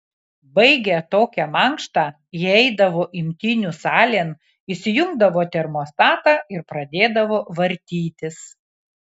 baigę tokią mankštą jie eidavo imtynių salėn įsijungdavo termostatą ir pradėdavo vartytis